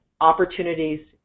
opportunities